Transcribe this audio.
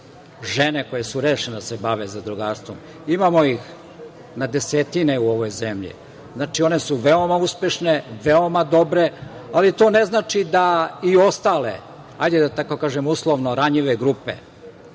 žene, koje su rešene da se bave zadrugarstvom. Imamo ih na desetine u ovoj zemlji. Znači, one su veoma uspešne, veoma dobre, ali to ne znači da i ostale, ajde da tako kažem, uslovno ranjive grupe